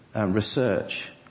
research